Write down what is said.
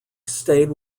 stayed